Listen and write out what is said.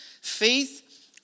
Faith